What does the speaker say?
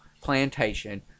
plantation